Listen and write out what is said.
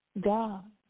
God